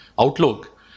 outlook